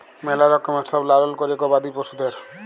ম্যালা রকমের সব লালল ক্যরে গবাদি পশুদের